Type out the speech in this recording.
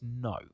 no